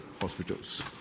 hospitals